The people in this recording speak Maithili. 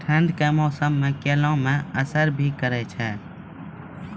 ठंड के मौसम केला मैं असर भी करते हैं?